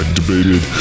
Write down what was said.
debated